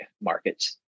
markets